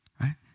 right